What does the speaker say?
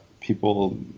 people